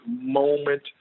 moment